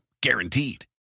Guaranteed